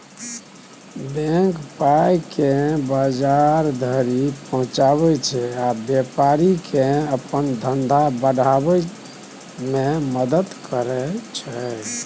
bank पाइकेँ बजार धरि पहुँचाबै छै आ बेपारीकेँ अपन धंधा बढ़ाबै मे मदद करय छै